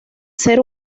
ser